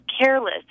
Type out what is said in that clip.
careless